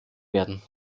werden